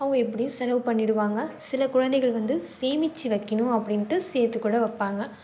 அவங்க எப்படியும் செலவு பண்ணிடுவாங்க சில குழந்தைகள் வந்து சேமிச்சு வைக்கணும் அப்படின்ட்டு சேர்த்துக்கூட வைப்பாங்க